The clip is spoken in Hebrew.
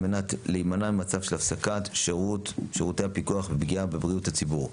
על מנת להימנע ממצב של הפסקת שירותי הפיקוח ופגיעה בבריאות הציבור